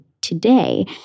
today